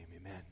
Amen